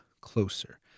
closer